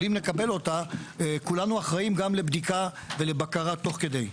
אבל אם נקבל אותה כולנו אחראים גם לבדיקה ולבקרה תוך כדי.